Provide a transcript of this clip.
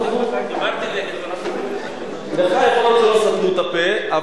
דיברתי נגד ולא סתמו לי את הפה.